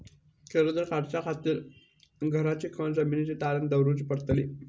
कर्ज काढच्या खातीर घराची किंवा जमीन तारण दवरूची पडतली?